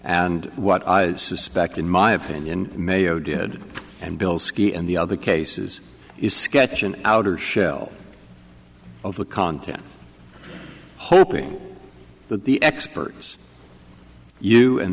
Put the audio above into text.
and what i suspect in my opinion mayo did and bilski and the other cases is sketch an outer shell of the content hoping that the experts you and